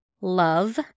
love